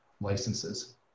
licenses